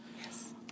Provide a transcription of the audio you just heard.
yes